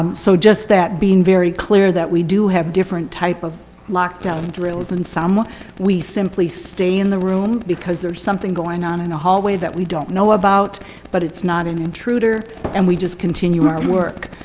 um so just that being very clear that we do have different type of lock down drills and some we simply stay in the room because there's something going on in the hallway that we don't know about but it's not an intruder and we just continue our work.